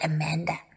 Amanda